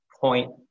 point